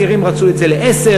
הצעירים רצו את זה לעשר